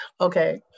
Okay